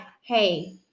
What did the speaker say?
hey